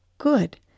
Good